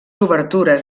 obertures